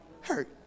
hurt